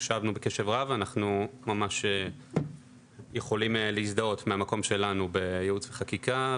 הקשבנו בקשב רב ואנחנו ממש יכולים להזדהות מהמקום שלנו בייעוץ וחקיקה.